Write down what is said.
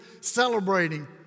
celebrating